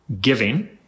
giving